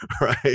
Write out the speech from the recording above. Right